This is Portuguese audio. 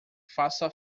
faça